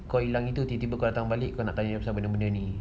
kau hilang itu tiba dia datang balik dia nak tanya pasal benda ni